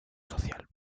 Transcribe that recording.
social